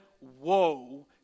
Woe